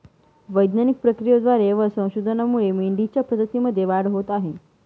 वैज्ञानिक प्रक्रियेद्वारे व संशोधनामुळे मेंढीच्या प्रजातीमध्ये वाढ होत आहे